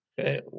Okay